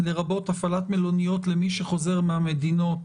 לרבות הפעלת מלוניות למי שחוזר מהמדינות